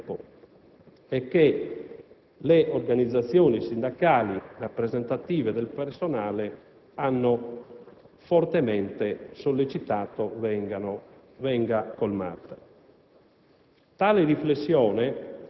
che ormai perdura da troppo tempo e che le organizzazioni sindacali rappresentative del personale hanno fortemente sollecitato affinché venga colmata.